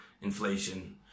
inflation